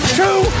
two